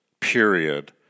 period